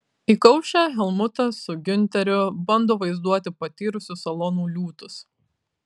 įkaušę helmutas su giunteriu bando vaizduoti patyrusius salonų liūtus